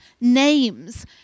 names